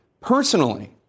personally